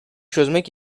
çözmek